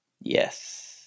Yes